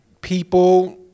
people